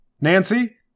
Nancy